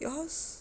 your house